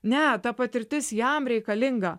ne ta patirtis jam reikalinga